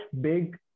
big